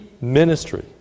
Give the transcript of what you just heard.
ministry